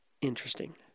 interesting